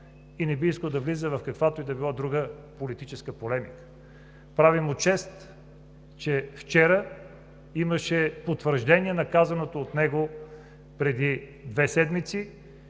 и не би искал да влиза в каквато и да било друга политическа полемика. Прави му чест, че вчера имаше потвърждение на казаното от него преди две седмици.